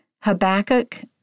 Habakkuk